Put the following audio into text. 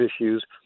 issues